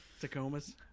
Tacomas